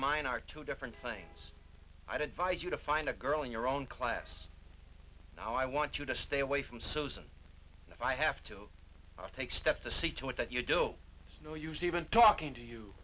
mine are two different things i did vice you to find a girl in your own class now i want you to stay away from so soon if i have to take steps to see to it that you do no use even talking to you